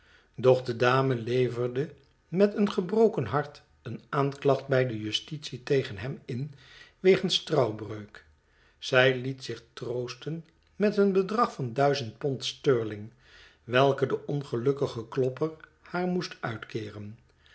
de dame leverde met een gebroken hart een aanklacht bij de justitie tegen hem in wegens trouwbreuk zij liet zich troosten met een bedrag van duizend pond sterling welke de ongelukkige klopper haar moest uitkeeren